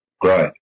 Great